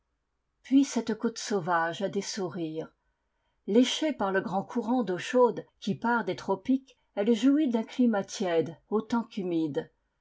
puis cette côte sauvage a ses sourires léchée par le grand courant d'eau chaude qui part des tropiques elle jouit d'un climat tiède autant qu'humide